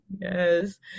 Yes